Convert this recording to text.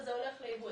זה הולך לאיבוד.